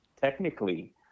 technically